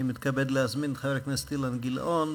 אני מתכבד להזמין את חבר הכנסת אילן גילאון.